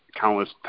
countless